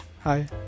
Hi